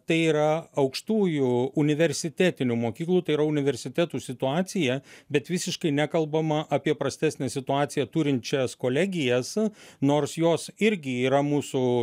tai yra aukštųjų universitetinių mokyklų tai yra universitetų situacija bet visiškai nekalbama apie prastesnę situaciją turinčias kolegijas nors jos irgi yra mūsų